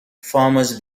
farmers